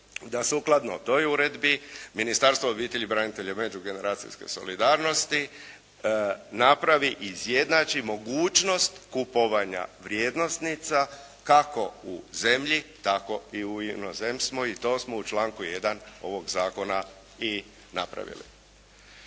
da sukladno toj uredbi Ministarstvo obitelji, branitelja i međugeneracijske solidarnosti napravi, izjednači mogućnost kupovanja vrijednosnica kako u zemlji tako i u inozemstvu, i to smo u članku 1. ovog zakona i napravili.